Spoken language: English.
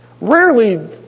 Rarely